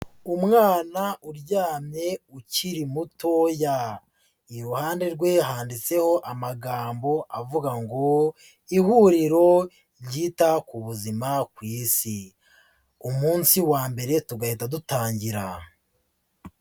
Umwana uryamye ukiri mutoya, iruhande rwe handitseho amagambo avuga ngo: Ihuriro ryita ku buzima ku Isi, umunsi wa mbere tugahita dutangira.